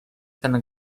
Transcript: ten